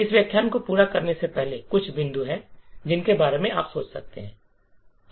इस व्याख्यान को पूरा करने से पहले कुछ बिंदु हैं जिनके बारे में आप सोच सकते हैं